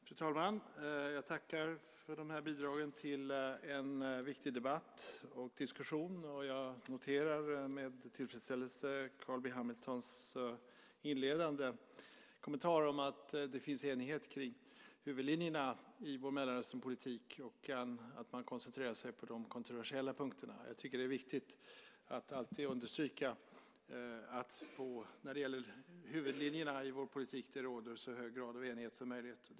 Fru talman! Jag tackar för dessa bidrag till en viktig debatt och diskussion. Jag noterar med tillfredsställelse Carl B Hamiltons inledande kommentar om att det finns enighet om huvudlinjerna i vår Mellanösternpolitik och att man koncentrerar sig på de kontroversiella punkterna. Det är viktigt att alltid understryka att det råder en så hög grad av enighet som möjligt om huvudlinjerna i vår politik.